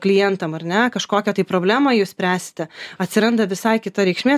klientam ar ne kažkokią tai problemą jūs spręsite atsiranda visai kita reikšmė tame darbe